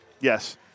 Yes